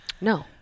No